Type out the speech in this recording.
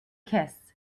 kiss